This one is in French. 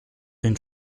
une